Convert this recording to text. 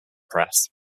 press